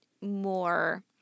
more